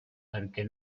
perquè